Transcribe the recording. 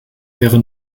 wäre